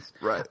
right